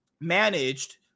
managed